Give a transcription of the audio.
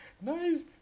nice